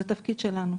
זה התפקיד שלנו.